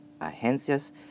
agencias